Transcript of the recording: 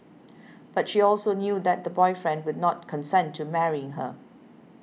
but she also knew that the boyfriend would not consent to marrying her